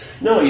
No